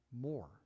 more